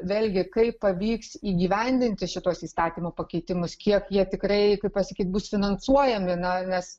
vėlgi kaip pavyks įgyvendinti šituos įstatymų pakeitimus kiek jie tikrai pasakyti bus finansuojami na nes